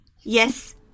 yes